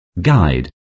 guide